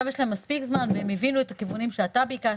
יש להם מספיק זמן והם הבינו את הכיוונים שאתה ביקשת,